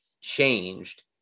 changed